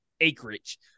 acreage